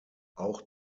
auch